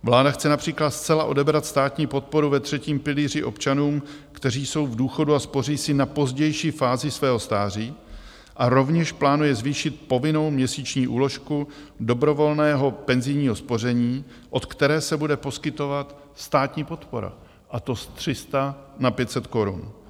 Vláda chce například zcela odebrat státní podporu ve třetím pilíři občanům, kteří jsou v důchodu a spoří si na pozdější fázi svého stáří a rovněž plánuje zvýšit povinnou měsíční úložku dobrovolného penzijního spoření, od které se bude poskytovat státní podpora, a to z 300 na 500 korun.